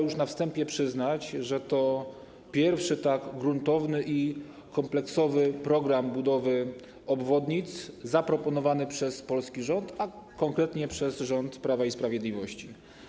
Już na wstępie trzeba przyznać, że to pierwszy tak gruntowny i kompleksowy program budowy obwodnic zaproponowany przez polski rząd, a konkretnie przez rząd Prawa i Sprawiedliwości.